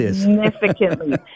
significantly